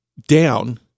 down